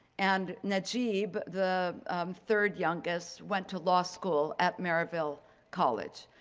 and najeeb, the third youngest went to law school at marysville college.